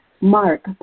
Mark